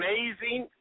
Amazing